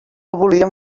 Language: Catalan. volíem